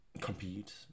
compete